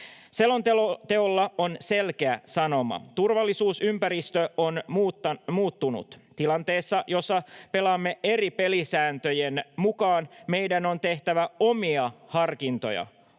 Selonteolla on selkeä sanoma: turvallisuusympäristö on muuttunut, ja tilanteessa, jossa pelaamme eri pelisääntöjen mukaan, meidän on tehtävä omia harkintoja